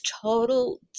total